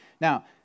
Now